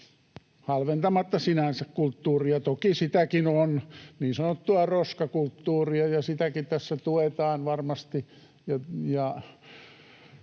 halventamatta sinänsä kulttuuria. Toki sitäkin on, niin sanottua roskakulttuuria, ja sitäkin tässä tuetaan varmasti,